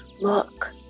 Look